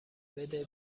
بده